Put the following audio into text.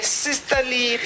sisterly